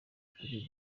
kuri